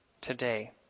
today